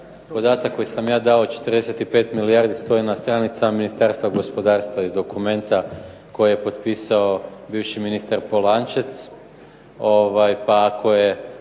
Podatak koji sam ja dao 45 milijardi stoji na stranicama Ministarstva gospodarstva iz dokumenta koji je potpisao bivši ministar Polančec,